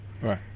Right